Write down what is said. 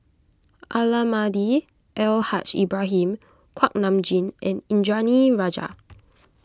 Almahdi Al Haj Ibrahim Kuak Nam Jin and Indranee Rajah